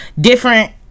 different